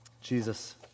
Jesus